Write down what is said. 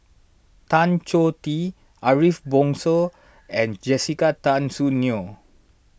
Tan Choh Tee Ariff Bongso and Jessica Tan Soon Neo